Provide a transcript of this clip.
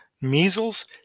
measles